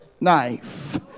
Knife